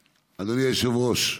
היושב-ראש,